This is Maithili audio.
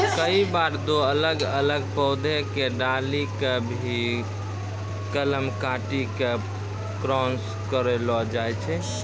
कई बार दो अलग अलग पौधा के डाली कॅ भी कलम काटी क क्रास करैलो जाय छै